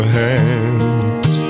hands